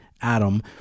Adam